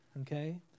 Okay